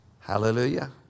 Hallelujah